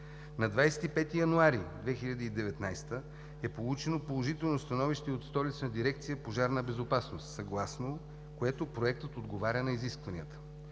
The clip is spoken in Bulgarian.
На 25 януари 2019 г. е получено положително становище и от Столична дирекция „Пожарна безопасност“, съгласно което Проектът отговаря на изисквания.